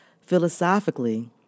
Philosophically